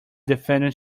defendant